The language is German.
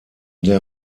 der